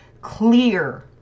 clear